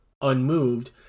Unmoved